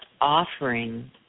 offering